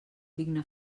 digne